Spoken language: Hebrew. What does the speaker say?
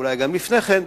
אולי גם לפני כן,